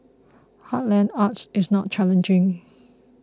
heartland arts is not challenging